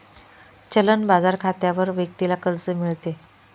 चलन बाजार खात्यावर व्यक्तीला कर्ज मिळते